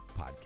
podcast